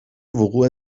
وقوع